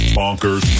bonkers